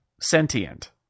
sentient